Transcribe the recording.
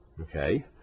Okay